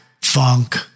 funk